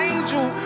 Angel